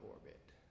orbit